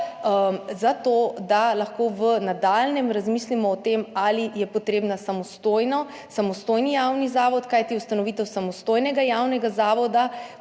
zato da lahko v nadaljnjem razmislimo o tem, ali je potreben samostojni javni zavod, kajti ustanovitev samostojnega javnega zavoda